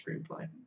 screenplay